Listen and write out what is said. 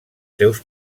seus